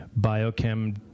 biochem